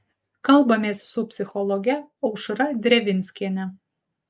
kalbamės su psichologe aušra drevinskiene